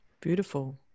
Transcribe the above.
Beautiful